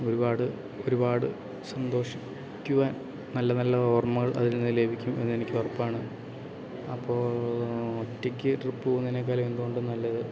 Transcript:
ഒരുപാട് ഒരുപാട് സന്തോഷിക്കുവാൻ നല്ല നല്ല ഓർമ്മകൾ അതിൽ നിന്ന് ലഭിക്കും എന്ന് എനിക്ക് ഉറപ്പാണ് അപ്പോൾ ഒറ്റക്ക് ട്രിപ്പ് പോകുന്നതിനേക്കാലും എന്തുകൊണ്ടും നല്ലത്